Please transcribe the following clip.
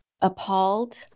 appalled